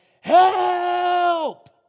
Help